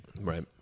right